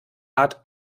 art